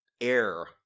air